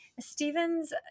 Stephen's